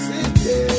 City